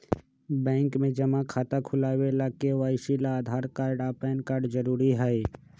bank में जमा खाता खुलावे ला के.वाइ.सी ला आधार कार्ड आ पैन कार्ड जरूरी हई